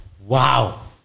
wow